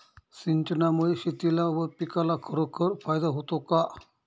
सिंचनामुळे शेतीला व पिकाला खरोखर फायदा होतो का?